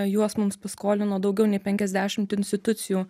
juos mums paskolino daugiau nei penkiasdešimt institucijų